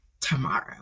tomorrow